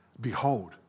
Behold